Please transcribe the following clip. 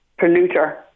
polluter